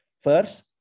First